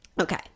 okay